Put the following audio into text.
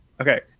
okay